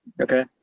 Okay